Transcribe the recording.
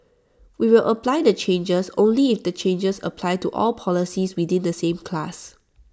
we will apply the changes only if the changes apply to all policies within the same class